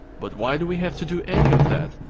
but why do we have to do any of that?